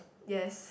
yes